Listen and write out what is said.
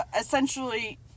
Essentially